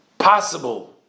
Possible